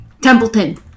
Templeton